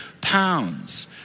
pounds